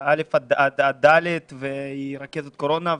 עד ד', והיא רכזת קורונה,